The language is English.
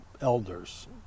elders